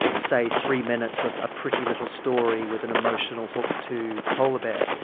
say, three minutes of a pretty little story with an emotional hook to the polar bear,